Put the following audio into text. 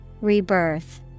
Rebirth